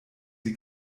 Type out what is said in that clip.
sie